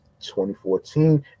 2014